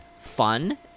fun